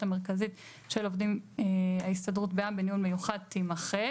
המרכזית של עובדי ההסתדרות בע"מ (בניהול מיוחד) תימחק,